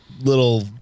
little